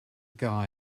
guy